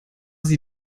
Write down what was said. sie